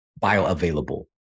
bioavailable